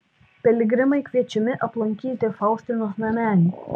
piligrimai kviečiami aplankyti faustinos namelį